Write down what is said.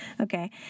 okay